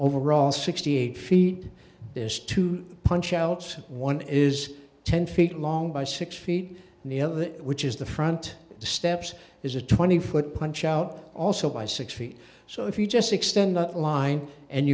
overall sixty eight feet is to punch out one is ten feet long by six feet and the other which is the front steps is a twenty foot punch out also by six feet so if you just extend that line and